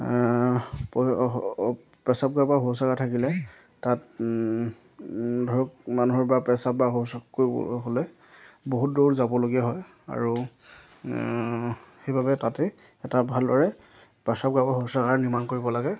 পয় প্ৰস্ৰাৱগাৰ শৌচাগাৰ থাকিলে তাত ধৰক মানুহৰ বা প্ৰস্ৰাৱ বা শৌচাৱ কৰিব হ'লে বহুত দূৰত যাবলগীয়া হয় আৰু সেইবাবে তাতেই এটা ভালদৰে প্ৰস্ৰাৱগাৰ বা শৌচাগাৰ নিৰ্মাণ কৰিব লাগে